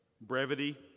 brevity